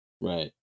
Right